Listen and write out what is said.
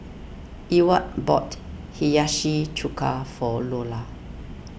Ewart bought Hiyashi Chuka for Lola